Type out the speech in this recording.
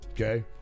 Okay